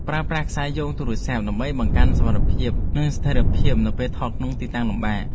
ប្រើប្រាស់ខ្សែជួយយោងទូរស័ព្ទដើម្បីបង្កើនសុវត្ថិភាព និង ស្ថេរភាពនៅពេលថតក្នុងទីតាំងពិបាក។